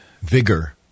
vigor